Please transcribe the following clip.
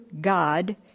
God